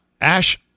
Ash